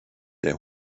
der